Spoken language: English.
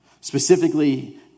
Specifically